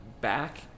back